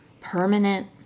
permanent